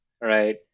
right